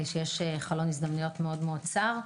שיש חלון הזדמנויות מאוד צר.